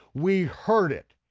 we heard it,